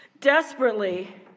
desperately